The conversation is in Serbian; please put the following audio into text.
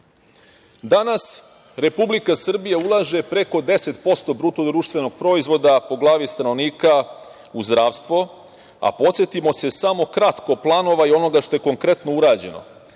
Danas Republika Srbija ulaže preko 10% BDP po glavi stanovnika u zdravstvo, a podsetimo se samo kratko planova i onoga što je konkretno urađeno.